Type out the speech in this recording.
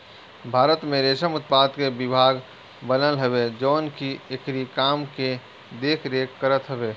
भारत में रेशम उत्पादन के विभाग बनल हवे जवन की एकरी काम के देख रेख करत हवे